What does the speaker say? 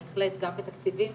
בהחלט גם בתקציבים,